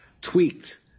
tweaked